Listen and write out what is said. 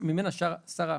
שממנה שרה חוששת.